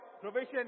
provision